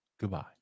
Goodbye